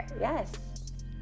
Yes